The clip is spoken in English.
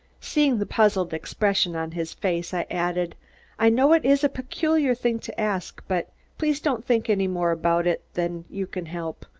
seeing the puzzled expression on his face, i added i know it is a peculiar thing to ask, but please don't think any more about it than you can help,